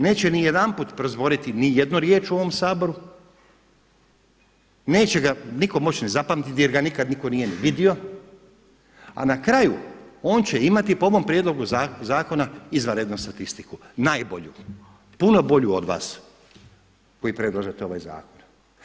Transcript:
Neće nijedanput prozboriti ni jednu riječ u ovom Saboru, neće ga nitko moći ni zapamtiti jer ga nitko nikada nije ni vidio, a na kraju on će imati po ovom prijedlogu zakona izvanrednu statistiku, najbolju, puno bolju od vas koji predlažete ovaj zakon.